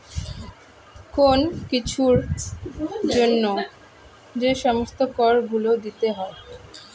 কোন কিছুর জন্য যে সমস্ত কর গুলো দিতে হয়